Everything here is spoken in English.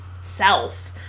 self